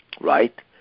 Right